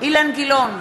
אילן גילאון,